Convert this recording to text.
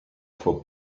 for